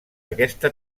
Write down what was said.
aquesta